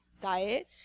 diet